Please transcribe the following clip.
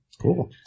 Cool